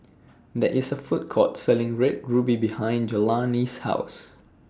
There IS A Food Court Selling Red Ruby behind Jelani's House